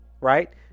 Right